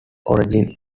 origins